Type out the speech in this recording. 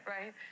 Right